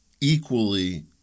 equally